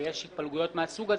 ויש התפלגויות מהסוג הזה,